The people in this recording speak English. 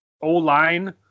O-line